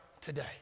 today